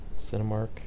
Cinemark